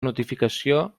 notificació